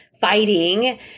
fighting